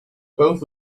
both